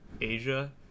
asia